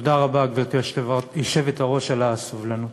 תודה רבה, גברתי היושבת-ראש, על הסובלנות.